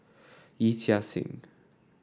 Yee Chia Hsing